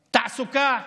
תעסוקה,